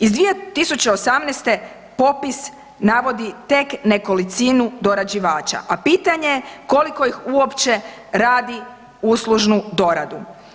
Iz 2018. popis navodi tek nekolicinu dorađivača, a pitanje koliko ih uopće radi uslužnu doradu.